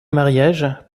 mariage